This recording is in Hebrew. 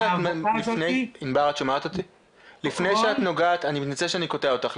מצטער שאני קוטע אותך.